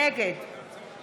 נגד אלון טל,